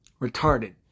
Retarded